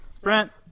Brent